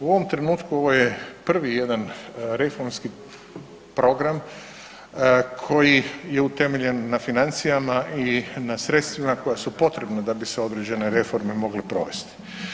U ovom trenutku, ovo je prvi jedan reformski program koji je utemeljen na financijama i na sredstvima koja su potrebna da bi se određene reforme mogle provesti.